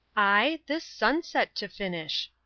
i? this sunset to finish.